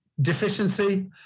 Deficiency